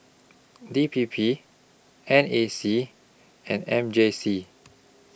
D P P N A C and M J C